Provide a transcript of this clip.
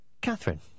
Catherine